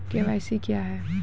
KYC क्या हैं?